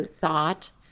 thought